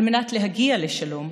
על מנת להגיע לשלום,